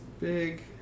big